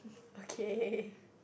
okay